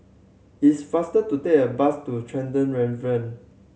it's faster to take a bus to Tresor Tavern